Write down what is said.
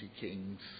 kings